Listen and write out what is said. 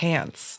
Pants